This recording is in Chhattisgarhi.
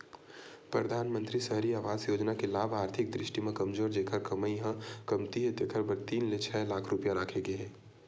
परधानमंतरी सहरी आवास योजना के लाभ आरथिक दृस्टि म कमजोर जेखर कमई ह कमती हे तेखर बर तीन ले छै लाख रूपिया राखे गे हे